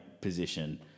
position